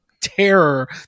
terror